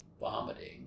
vomiting